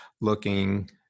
looking